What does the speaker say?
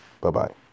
Bye-bye